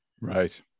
Right